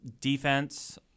Defense